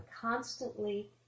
constantly